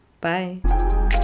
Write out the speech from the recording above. bye